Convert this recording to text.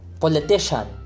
politician